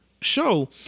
show